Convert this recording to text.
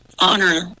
honor